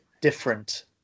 different